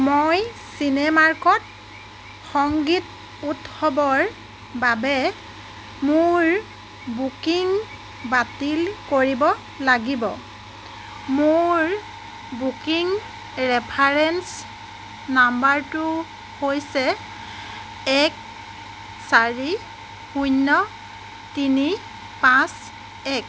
মই চিনেমাৰ্কত সংগীত উৎসৱৰ বাবে মোৰ বুকিং বাতিল কৰিব লাগিব মোৰ বুকিং ৰেফাৰেন্স নম্বৰটো হৈছে এক চাৰি শূন্য তিনি পাঁচ এক